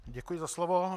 Děkuji za slovo.